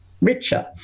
richer